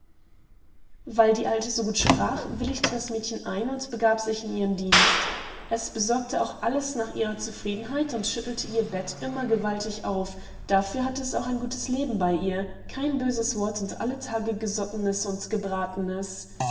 weil die alte so gut sprach willigte das mädchen ein und begab sich in ihren dienst es besorgte auch alles nach ihrer zufriedenheit und schüttelte ihr das bett immer gewaltig auf dafür hatte es auch ein gutes leben bei ihr kein böses wort und alle tage gesottenes und gebratenes